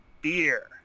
beer